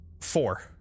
four